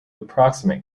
approximate